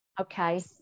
Okay